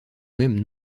même